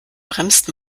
bremst